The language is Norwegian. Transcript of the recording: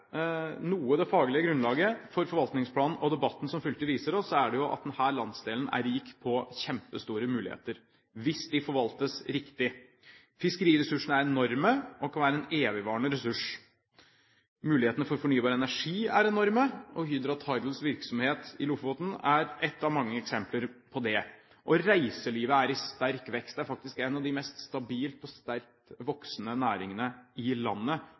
noe det faglige grunnlaget for forvaltningsplanen og debatten som fulgte, viser oss, er det at denne landsdelen er rik på kjempestore muligheter hvis de forvaltes riktig. Fiskeriressursene er enorme og kan være evigvarende. Mulighetene for fornybar energi er enorme, og Hydra Tidals virksomhet i Lofoten er ett av mange eksempler på det. Også reiselivet er i sterk vekst. Det er faktisk en av de mest stabile og sterkest voksende næringene i landet,